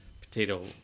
Potato